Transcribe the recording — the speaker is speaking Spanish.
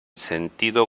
sentido